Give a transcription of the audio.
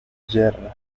yerra